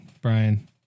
Brian